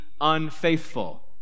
unfaithful